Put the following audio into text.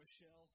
Michelle